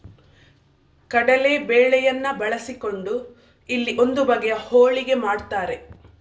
ಕಡಲೇ ಬೇಳೆಯನ್ನ ಬಳಸಿಕೊಂಡು ಇಲ್ಲಿ ಒಂದು ಬಗೆಯ ಹೋಳಿಗೆ ಮಾಡ್ತಾರೆ